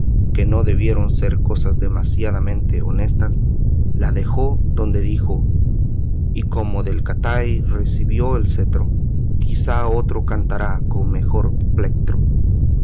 que no debieron ser cosas demasiadamente honestas la dejó donde dijo y como del catay recibió el cetro quizá otro cantará con mejor plectro